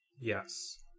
Yes